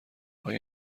آیا